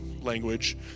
language